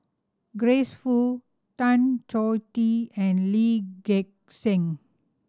Grace Fu Tan Choh Tee and Lee Gek Seng